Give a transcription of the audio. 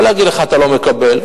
לא להגיד לך: אתה לא מקבל,